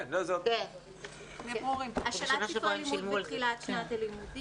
כן, כי בשנה שעברה הם שילמו על זה.